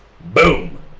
boom